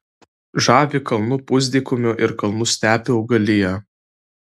žavi kalnų pusdykumių ir kalnų stepių augalija